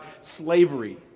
slavery